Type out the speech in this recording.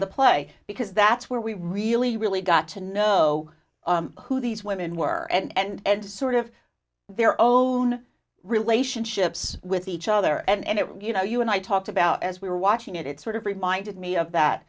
the play because that's where we really really got to know who these women were and sort of their own relationships with each other and it you know you and i talked about as we were watching it it sort of reminded me of that